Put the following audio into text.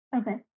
Okay